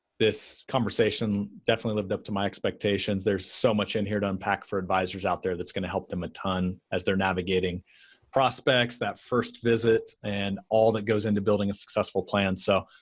this conversation definitely lived up to my expectations. there's so much in here to impact for advisors out there that's going to help them a ton as they're navigating prospects, that first visits, and all that goes into building a successful plan. so,